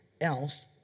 else